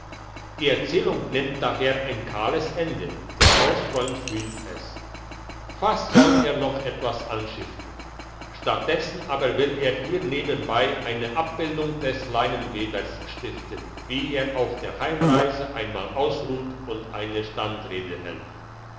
die erzählung nimmt daher ein kahles ende der hausfreund fühlt es fast soll er noch was anschiften statt dessen aber will er hieneben eine abbildung des leinewebers stiften wie er auf der heimreise einmal ausruht und eine standrede hält